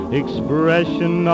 expression